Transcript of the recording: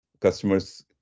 customers